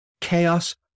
chaos